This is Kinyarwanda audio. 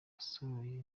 yasohoye